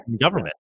government